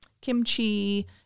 kimchi